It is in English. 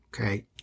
Okay